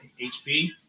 HP